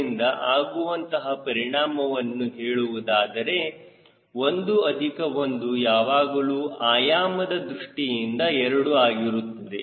ಇದರಿಂದ ಆಗುವಂತಹ ಪರಿಣಾಮವನ್ನು ಹೇಳುವುದಾದರೆ 1 ಅಧಿಕ 1 ಯಾವಾಗಲೂ ಆಯಾಮದ ದೃಷ್ಟಿಯಿಂದ 2 ಆಗಿರುತ್ತದೆ